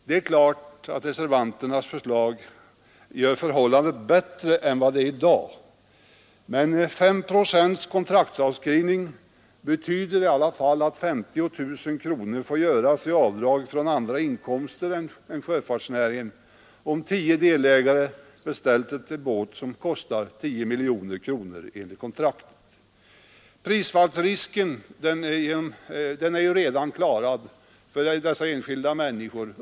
Det är klart att ett bifall till reservanternas förslag gör förhållandet bättre än vad det är i dag, men 5 procents kontraktsavskrivning betyder ändå att 50 000 kronor får dras av från andra inkomster än från sjöfartsnäringen, om tio delägare beställt en båt som kostar 10 miljoner kronor enligt kontraktet Prisfallsrisken är redan klarad för dessa människor.